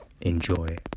Enjoy